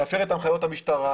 להפר את ההנחיות של המשטרה,